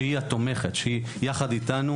שהיא התומכת שהיא יחד איתנו,